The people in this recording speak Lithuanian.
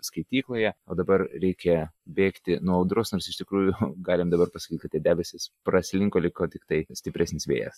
skaitykloje o dabar reikia bėgti nuo audros nors iš tikrųjų galim dabar pasakykit kad tie debesys praslinko liko tiktai stipresnis vėjas